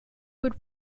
would